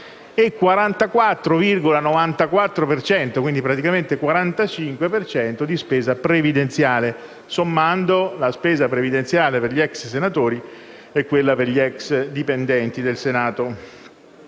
il 45 per cento) è la spesa previdenziale, sommando la spesa previdenziale per gli ex senatori e quella per egli ex dipendenti del Senato.